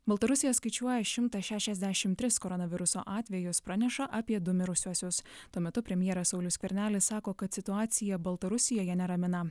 baltarusija skaičiuoja šimtą šešiasdešim tris koronaviruso atvejus praneša apie du mirusiuosius tuo metu premjeras saulius skvernelis sako kad situacija baltarusijoje neramina